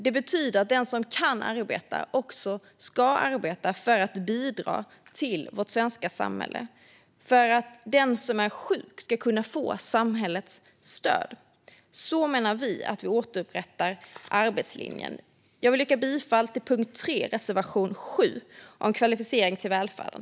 innebär att den som kan arbeta också ska arbeta för att bidra till vårt svenska samhälle - för att den som är sjuk ska kunna få samhällets stöd. Så menar vi att man återupprättar arbetslinjen. Jag yrkar bifall till reservation 7 under punkt 3 om kvalificering till välfärden.